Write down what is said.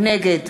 נגד